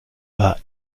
war